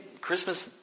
Christmas